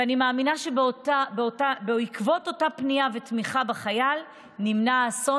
ואני מאמינה שבעקבות אותה פנייה ותמיכה בחייל נמנע אסון,